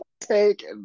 take